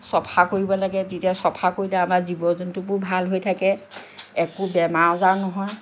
চাফা কৰিব লাগে যেতিয়াচাফা কৰিলে আমাৰ জীৱ জন্তুবোৰ ভাল হৈ থাকে একো বেমাৰ আজাৰ নহয়